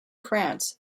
france